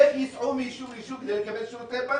איך ייסעו מיישוב ליישוב כדי לקבל שירותי בנקים?